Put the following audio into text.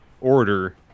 order